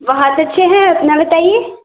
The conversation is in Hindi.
बहुत अच्छे हैं अपना बताइए